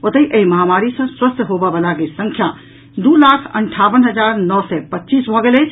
ओतहि एहि महामारी सँ स्वस्थ होबय बलाक संख्या दू लाख अंठावन हजार नओ सय पच्चीस भऽ गेल अछि